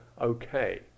okay